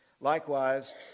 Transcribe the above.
Likewise